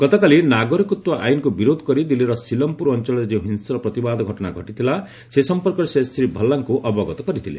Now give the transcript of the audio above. ଗତକାଲି ନାଗରିକତ୍ୱ ଆଇନକୁ ବିରୋଧ କରି ଦିଲ୍ଲୀର ସିଲମପୁର ଅଞ୍ଚଳରେ ଯେଉଁ ହିଂସ୍ର ପ୍ରତିବାଦ ଘଟଣା ଘଟିଥିଲା ସେ ସଂପର୍କରେ ସେ ଶ୍ରୀ ଭଲ୍ଲାଙ୍କୁ ଅବଗତ କରିଥିଲେ